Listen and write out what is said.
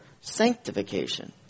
sanctification